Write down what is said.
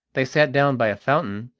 they sat down by a fountain,